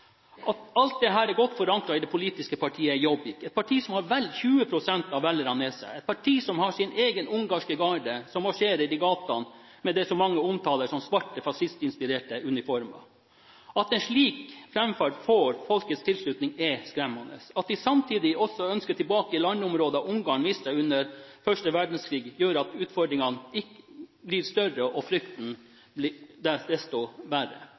Alt dette er godt forankret i det politiske partiet Jobbik, et parti som har vel 20 pst. av velgerne med seg, et parti som har sin egen ungarske garde, som marsjerer i gatene med det som mange omtaler som «svarte fascistinspirerte uniformer». At en slik framferd får folkets tilslutning, er skremmende. At de samtidig også ønsker tilbake landområder Ungarn mistet etter første verdenskrig, gjør at utfordringene blir større og frykten desto verre.